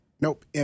Nope